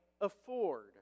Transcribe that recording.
afford